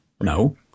No